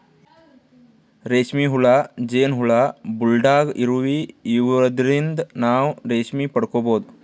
ರೇಶ್ಮಿ ಹುಳ, ಜೇನ್ ಹುಳ, ಬುಲ್ಡಾಗ್ ಇರುವಿ ಇವದ್ರಿನ್ದ್ ಕೂಡ ನಾವ್ ರೇಶ್ಮಿ ಪಡ್ಕೊಬಹುದ್